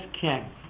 king